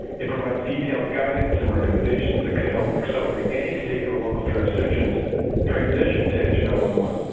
it provides detailed guidance and recommendations that could help accelerate any state or local jurisdictions transition to n g nine one one.